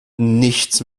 nichts